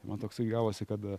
man toksai gavosi kad